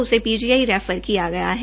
उसे PGI refer किया गया है